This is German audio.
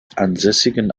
ansässigen